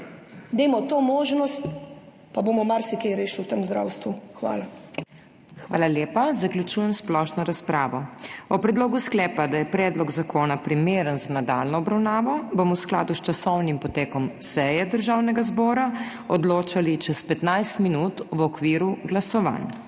dajmo to možnost, pa bomo marsikaj rešili v tem zdravstvu. Hvala. PODPREDSEDNICA MAG. MEIRA HOT: Hvala lepa. Zaključujem splošno razpravo. O predlogu sklepa, da je predlog zakona primeren za nadaljnjo obravnavo, bomo v skladu s časovnim potekom seje Državnega zbora odločali čez 15 minut, v okviru glasovanj.